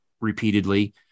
repeatedly